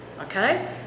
okay